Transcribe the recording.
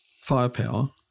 firepower